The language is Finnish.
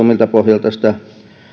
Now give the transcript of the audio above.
miltä pohjalta sitä tulevaa sote ratkaisua